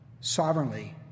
sovereignly